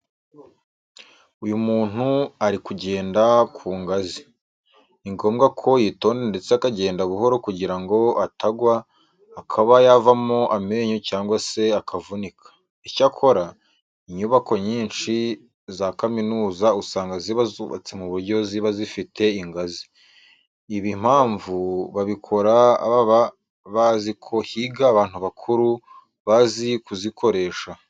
Iyo umuntu ari kugenda ku ngazi, ni ngombwa ko yitonda ndetse akagenda buhoro kugira ngo atagwa akaba yavamo amenyo cyangwa se akanavunika. Icyakora, inyubako nyinshi za kaminuza usanga ziba zubatswe mu buryo ziba zifite ingazi. Ibi impamvu babikora baba bazi ko higa abantu bakuru bazi kuzikoresha.